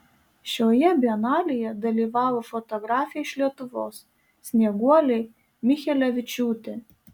šioje bienalėje dalyvavo fotografė iš lietuvos snieguolė michelevičiūtė